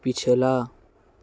پچھلا